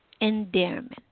endearment